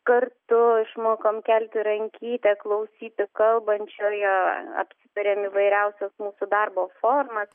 kartu išmokom kelti rankytę klausyti kalbančiojo apsitarėm įvairiausias mūsų darbo formas